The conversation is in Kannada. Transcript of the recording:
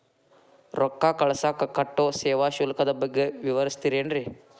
ರೊಕ್ಕ ಕಳಸಾಕ್ ಕಟ್ಟೋ ಸೇವಾ ಶುಲ್ಕದ ಬಗ್ಗೆ ವಿವರಿಸ್ತಿರೇನ್ರಿ?